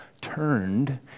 turned